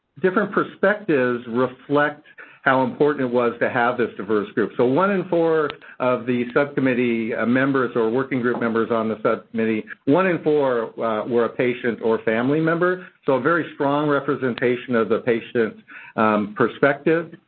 different perspectives reflect how important it was to have this diverse group. so, one in four of the subcommittee ah members or working group members on the subcommittee, one in four were a patient or family member. so, very strong representation of the patient perspective.